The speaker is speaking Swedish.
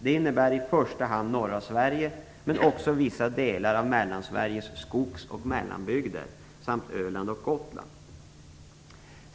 Det innebär i första hand norra Sverige, men också vissa delar av Mellansveriges skogs och mellanbygder samt Öland och Gotland.